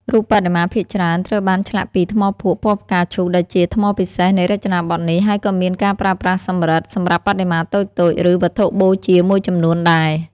រូបបដិមាភាគច្រើនត្រូវបានឆ្លាក់ពី ថ្មភក់ពណ៌ផ្កាឈូកដែលជាថ្មពិសេសនៃរចនាបថនេះ ហើយក៏មានការប្រើប្រាស់ សំរឹទ្ធិ សម្រាប់បដិមាតូចៗ ឬវត្ថុបូជាមួយចំនួនដែរ។